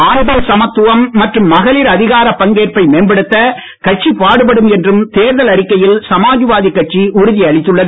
ஆண் பெண் சமத்துவம் மற்றும் மகளிர் அதிகாரப் பங்கேற்பை மேம்படுத்த கட்சி பாடுபடும் என்றும் தேர்தல் அறிக்கையில் சமாஜ்வாதி கட்சி உறுதி அளித்துள்ளது